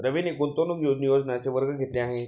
रवीने गुंतवणूक नियोजनाचे वर्ग घेतले आहेत